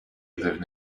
live